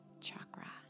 chakra